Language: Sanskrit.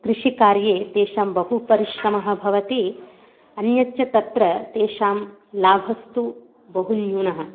कृषिकार्ये तेषां बहु परिश्रमः भवति अन्यच्च तत्र तेषां लाभस्तु बहु न्यूनः